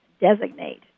designate